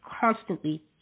constantly